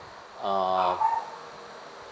uh